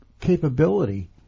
Capability